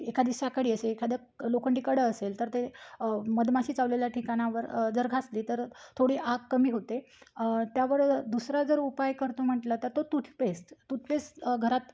एखादी साखळी असेल एखादं लोखंडी कडं असेल तर ते मधमाशी चावलेल्या ठिकाणावर जर घासली तर थोडी आग कमी होते त्यावर दुसरं जर उपाय करतो म्हंटलं तर तो टूथपेस्ट टूथपेस्ट घरात